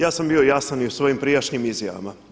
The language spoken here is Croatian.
Ja sam bio jasan i u svojim prijašnjim izjavama.